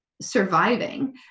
surviving